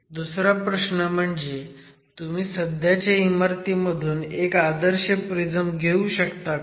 दुसरा प्रश्न म्हणजे तुम्ही सध्याच्या इमारतीमधून एक आदर्श प्रिझम घेऊ शकता का